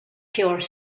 pure